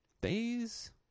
Days